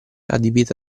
adibita